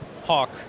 Hawk